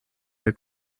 der